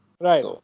Right